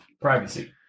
privacy